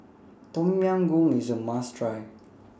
Tom Yam Goong IS A must Try